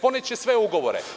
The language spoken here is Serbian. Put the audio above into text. Poneće sve ugovore.